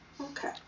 Okay